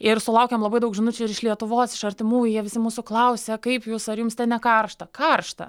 ir sulaukėm labai daug žinučių ir iš lietuvos iš artimųjų jie visi mūsų klausia kaip jūs ar jums ne karšta karšta